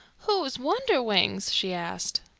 who is wonderwings? she asked.